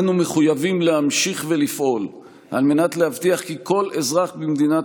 אנו מחויבים להמשיך ולפעול על מנת להבטיח כי כל אזרח במדינת